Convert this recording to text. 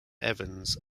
evans